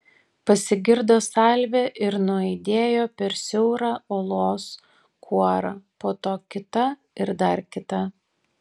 pasigirdo salvė ir nuaidėjo per siaurą uolos kuorą po to kita ir dar kita